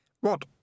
What